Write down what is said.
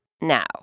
Now